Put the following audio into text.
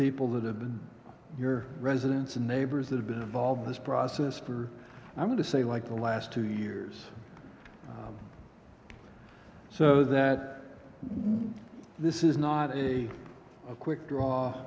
people that have been your residence and neighbors have been involved in this process for i'm going to say like the last two years so that this is not a quick draw